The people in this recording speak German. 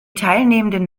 teilnehmenden